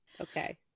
Okay